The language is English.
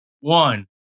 one